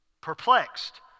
perplexed